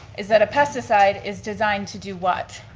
is that a pesticide is designed to do what?